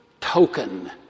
token